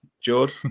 George